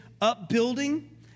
upbuilding